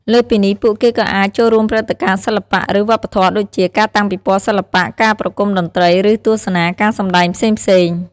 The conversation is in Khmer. លើសពីនេះ ពួកគេក៏អាច ចូលរួមព្រឹត្តិការណ៍សិល្បៈ ឬវប្បធម៌ ដូចជា ការតាំងពិព័រណ៍សិល្បៈ ការប្រគុំតន្ត្រី ឬទស្សនាការសម្ដែងផ្សេងៗ។